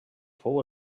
fou